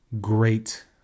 great